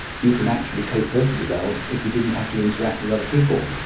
you can actually cope perfectly well if you didn't have to interact with other people,